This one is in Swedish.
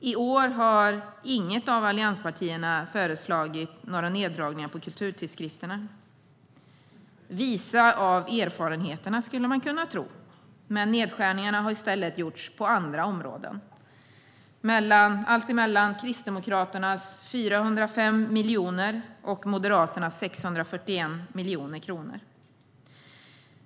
I år har inget av allianspartierna föreslagit några neddragningar på kulturtidskrifterna, visa av erfarenheterna skulle man kunna tro. Nedskärningarna har i stället gjorts på andra områden. Det är allt mellan Kristdemokraternas 405 miljoner och Moderaternas 641 miljoner kronor.